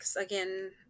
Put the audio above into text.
again